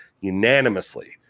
unanimously